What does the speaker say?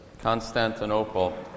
Constantinople